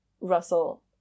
Russell